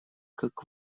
как